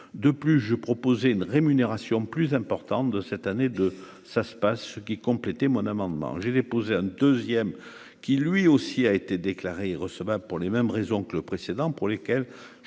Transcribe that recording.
de plus, j'ai proposé une rémunération plus importante de cette année de ça se passe ce qui compléter mon amendement j'ai déposé un deuxième qui lui aussi a été déclarée recevable pour les mêmes raisons que le précédent pour lesquels